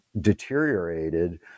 deteriorated